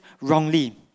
wrongly